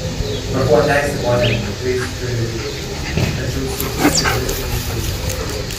prašau atleisti pone reichsfiureri tačiau silpna širdis neišlaikė